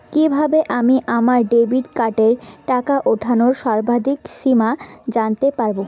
কিভাবে আমি আমার ডেবিট কার্ডের টাকা ওঠানোর সর্বাধিক সীমা জানতে পারব?